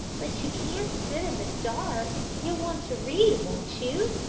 but you can't sit in the dark, you'll want to read, won't you?